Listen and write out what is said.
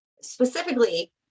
specifically